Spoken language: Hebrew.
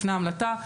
לפני המלטה.